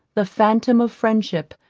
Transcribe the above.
the phantom of friendship,